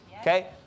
okay